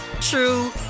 true